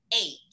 eight